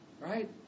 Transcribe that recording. Right